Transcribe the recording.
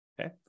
Okay